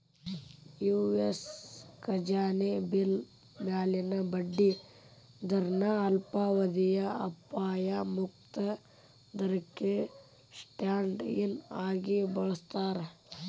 US ಖಜಾನೆ bill ಮ್ಯಾಲಿನ ಬಡ್ಡಿ ದರನ ಅಲ್ಪಾವಧಿಯ ಅಪಾಯ ಮುಕ್ತ ದರಕ್ಕ ಸ್ಟ್ಯಾಂಡ್ ಇನ್ ಆಗಿ ಬಳಸ್ತಾರ